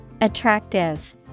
Attractive